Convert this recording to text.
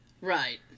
Right